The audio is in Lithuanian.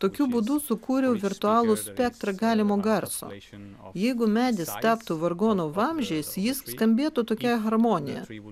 tokiu būdų sukūriau virtualų spektrą galimo garso jeigu medis taptų vargonų vamzdžiais jis skambėtų tokia harmonija